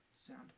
sound